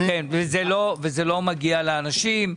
כן והם לא מגיעים לאנשים.